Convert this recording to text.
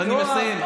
יואב, חבל.